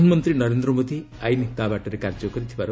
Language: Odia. ପ୍ରଧାନମନ୍ତ୍ରୀ ନରେନ୍ଦ୍ର ମୋଦୀ ଆଇନ୍ ତା' ବାଟରେ କାର୍ଯ୍ୟ କରିଥିବାର